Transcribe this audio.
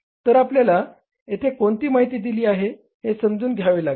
तर आपल्याला येथे कोणती माहिती दिली आहे हे समजून घ्यावे लागेल